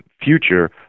future